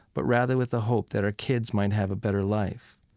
but rather with a hope that our kids might have a better life?